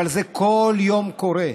אבל זה כל יום קורה.